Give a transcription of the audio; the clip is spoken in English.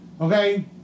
Okay